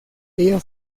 ella